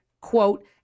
quote